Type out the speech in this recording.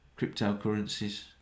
cryptocurrencies